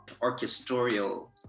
orchestral